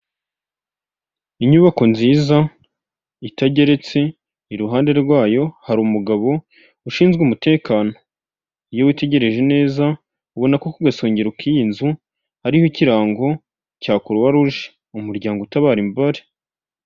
Ku mihanda migari aho umuntu yambukira haba hari uturongo tw'umweru dutambitse. Umugenzi iyo agiye kwambuka arabanza akareba neza ko nta kinyabiziga kiri hafi kiri kwambukiranya umuhanda bityo akambuka. Ikinyabiziga nacyo iyo kigeze kuri iyi mirongo kigabanya umuvuduko ndetse kikanahagarara rimwe na rimwe.